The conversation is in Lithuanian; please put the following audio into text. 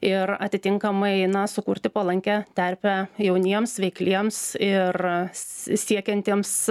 ir atitinkamai na sukurti palankią terpę jauniems veikliems ir s siekiantiems